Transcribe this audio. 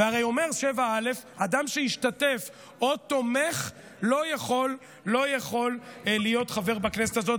והרי אומר 7א: אדם שהשתתף או תומך לא יכול להיות חבר בכנסת הזאת,